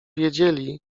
wiedzieli